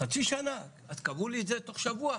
חצי שנה, אז קבעו לי את זה תוך שבוע.